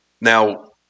Now